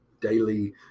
daily